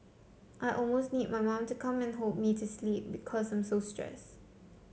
I almost need my mum to come and hold me to sleep because I'm so stressed